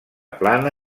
plana